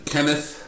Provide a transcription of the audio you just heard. Kenneth